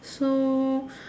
so